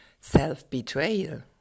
self-betrayal